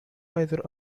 either